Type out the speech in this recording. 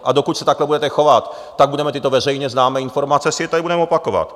A dokud se takhle budete chovat, tak tyto veřejně známé informace si tady budeme opakovat.